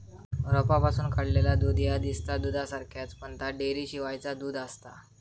रोपांपासून काढलेला दूध ह्या दिसता दुधासारख्याच, पण ता डेअरीशिवायचा दूध आसता